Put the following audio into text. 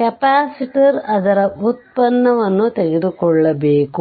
capacitor ಅದರ ವ್ಯುತ್ಪನ್ನವನ್ನು ತೆಗೆದುಕೊಳ್ಳಬೇಕು